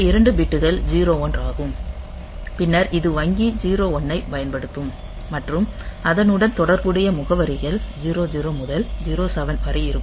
இந்த 2 பிட்கள் 01 ஆகும் பின்னர் இது வங்கி 01 ஐப் பயன்படுத்தும் மற்றும் அதனுடன் தொடர்புடைய முகவரிகள் 00 முதல் 07 வரை இருக்கும்